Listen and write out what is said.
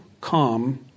come